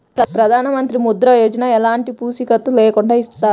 ప్రధానమంత్రి ముద్ర యోజన ఎలాంటి పూసికత్తు లేకుండా ఇస్తారా?